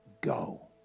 go